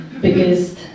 biggest